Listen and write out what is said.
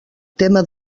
tema